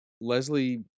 leslie